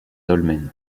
dolmen